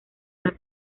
una